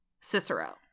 Cicero